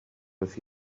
with